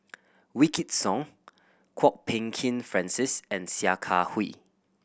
Wykidd Song Kwok Peng Kin Francis and Sia Kah Hui